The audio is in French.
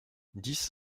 dix